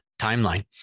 timeline